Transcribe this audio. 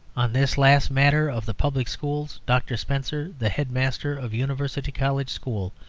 on this last matter of the public schools dr. spenser, the head master of university college school,